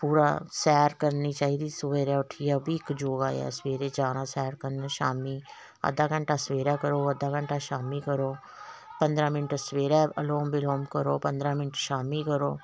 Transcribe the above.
पूरा सैर करनी चाहिदी सबैह्रे उट्ठियै ओह् बी इक योगा ऐ सबैह्रे जाना सैर करना शामीं अद्धा घैंटा सबैह्रे करो अद्धा घैंटा शामीं करो पंदरां मिन्ट सबैह्रे ओम विलोम करो पंदरां मिन्ट शामीं करो